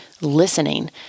Listening